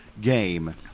game